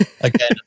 again